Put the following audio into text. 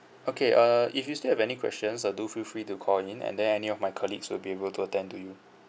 okay uh if you still have any questions uh do feel free to call in and then any of my colleagues will be able to attend to you